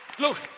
Look